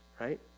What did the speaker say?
right